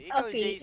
okay